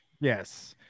Yes